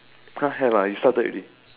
have you started already